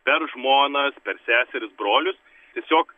per žmonas per seseris brolius tiesiog